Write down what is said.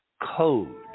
code